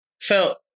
felt